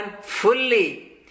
fully